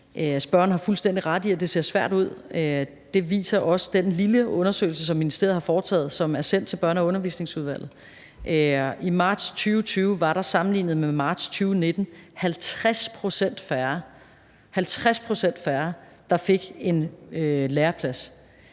har fuldstændig ret i, at det ser svært ud. Det viser også den lille undersøgelse, som ministeriet har foretaget, som er sendt til Børne- og Undervisningsudvalget. I marts 2020 var der sammenlignet med marts 2019 50 pct. færre, der fik en læreplads.